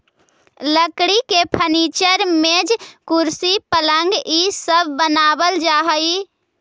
लकड़ी के फर्नीचर, मेज, कुर्सी, पलंग इ सब बनावल जा हई